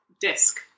disc